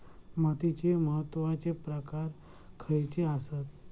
मातीचे महत्वाचे प्रकार खयचे आसत?